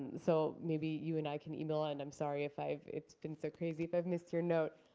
so maybe you and i can email. and i'm sorry if i've it's been so crazy if i've missed your note.